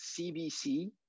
CBC